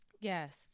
yes